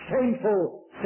shameful